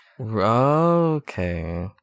okay